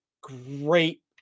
great